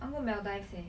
I want to go maldives eh